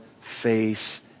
face